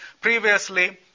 Previously